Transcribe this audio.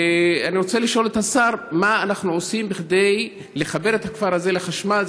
אני רוצה לשאול את השר: מה אנחנו עושים כדי לחבר את הכפר הזה לחשמל?